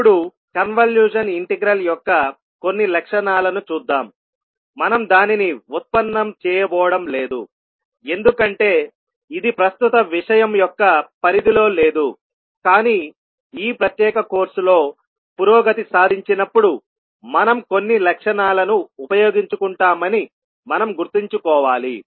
ఇప్పుడు convolution integral యొక్క కొన్ని లక్షణాలను చూద్దాం మనం దానిని ఉత్పన్నం చేయబోవడం లేదు ఎందుకంటే ఇది ప్రస్తుత విషయం యొక్క పరిధిలో లేదు కానీ ఈ ప్రత్యేక కోర్సులో పురోగతి సాధించినప్పుడు మనం కొన్ని లక్షణాలను ఉపయోగించుకుంటామని మనం గుర్తుంచుకోవాలి